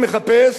ההסדרה,